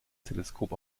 teleskop